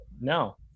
No